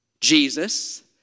Jesus